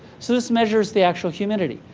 so this measures the actual humidity.